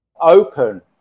open